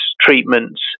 treatments